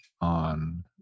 on